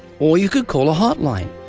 or you could call a hotline.